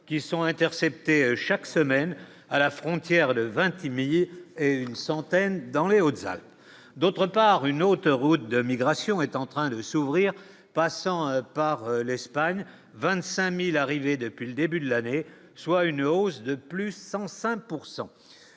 qui sont interceptés chaque semaine à la frontière de Vintimille et une centaine dans Les Hautes-Alpes, d'autre part, une autoroute de migration est en train de s'ouvrir, passant par l'Espagne 25000 arrivées depuis le début de l'année, soit une hausse de plus de 150